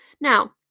now